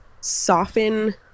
soften